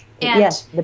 Yes